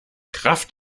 kraft